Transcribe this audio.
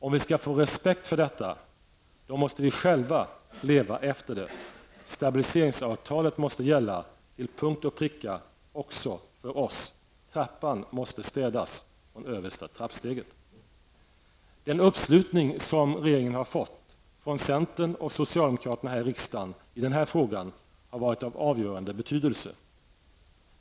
Om vi skall få respekt för detta måste vi själva leva efter det -- stabiliseringsavtalet måste gälla till punkt och pricka också för oss. Trappan måste städas från översta trappsteget. Den uppslutning som regeringen fått från centern och socialdemokraterna här i riksdagen i den här frågan har varit av avgörande betydelse.